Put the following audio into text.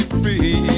free